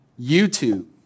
YouTube